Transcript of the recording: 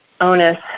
onus